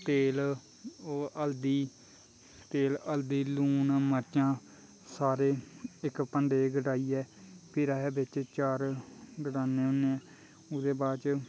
तेल हल्दी तेल हल्दी लून मर्चां सारे इक भांड़े च गढ़ाइयै फिर अस बिच चार गढ़ान्ने होन्ने आं ओह्दे बाद च